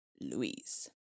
Louise